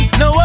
no